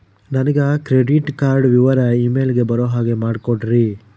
ನನಗೆ credit card ವಿವರ email ಗೆ ಬರೋ ಹಾಗೆ ಮಾಡಿಕೊಡ್ರಿ?